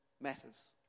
matters